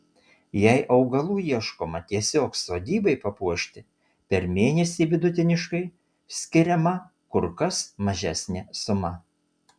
jei augalų ieškoma tiesiog sodybai papuošti per mėnesį vidutiniškai skiriama kur kas mažesnė suma